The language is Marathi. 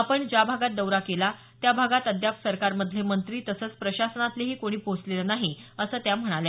आपण ज्या भागात दौरा केलाय त्या भागात अद्याप सरकारमधले मंत्री तसंच प्रशासनतलेही कोणी पोहोचलेलं नाही असं त्या म्हणाल्या